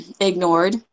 ignored